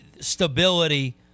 stability